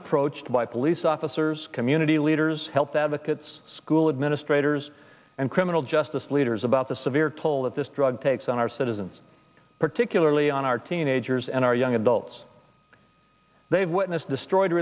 approached by police officers community leaders health advocates school administrators and criminal justice leaders about the severe toll that this drug takes on our citizens particularly on our teenagers and our young adults they've witnessed destroyed